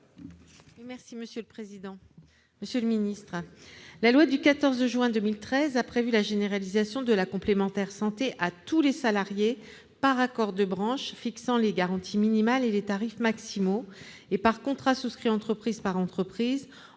présenter l'amendement n° 280 rectifié La loi du 14 juin 2013 a prévu la généralisation de la complémentaire santé à tous les salariés par accord de branche fixant les garanties minimales et les tarifs maximaux et par contrat souscrit entreprise par entreprise, en